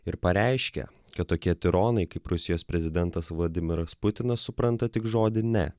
ir pareiškė kad tokie tironai kaip rusijos prezidentas vladimiras putinas supranta tik žodį ne